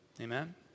Amen